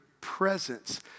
presence